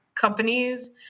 companies